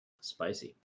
Spicy